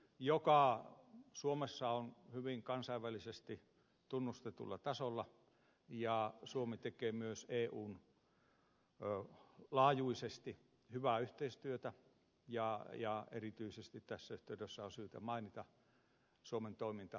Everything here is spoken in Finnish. rajaturvallisuus suomessa on hyvin kansainvälisesti tunnustetulla tasolla ja suomi tekee myös eun laajuisesti hyvää yhteistyötä ja erityisesti tässä yhteydessä on syytä mainita suomen toiminta frontexissa